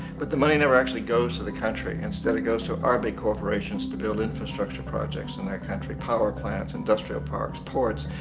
but the money never actually goes to the country. instead it goes to our big corporations to build infrastructure projects in that country. power plants, industrial parks, ports.